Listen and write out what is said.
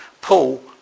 Paul